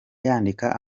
yandika